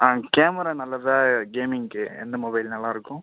ஆ camera நல்லதா கேமிங்க்கு எந்த மொபைல் நல்லாயிருக்கும்